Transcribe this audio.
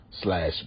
slash